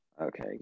Okay